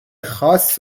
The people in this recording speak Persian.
خاص